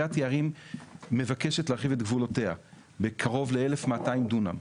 קריית יערים מבקשת להרחיב את גבולותיה בקרוב ל-1,200 דונם.